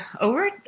over